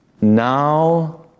now